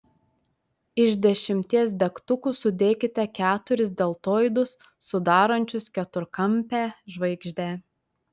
iš dešimties degtukų sudėkite keturis deltoidus sudarančius keturkampę žvaigždę